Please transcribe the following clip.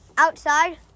Outside